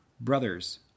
brothers